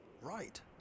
right